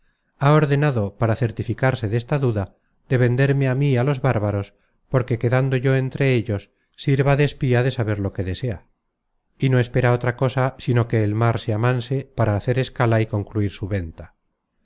ha ordenado para certificarse desta duda de venderme á mí á los bárbaros porque quedando yo entre ellos sirva de espía de saber lo que desea y no espera otra cosa sino que el mar se amanse para hacer escala y concluir su venta